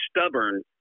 stubborn